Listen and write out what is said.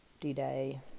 D-Day